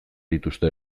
dituzte